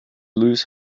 lose